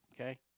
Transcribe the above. okay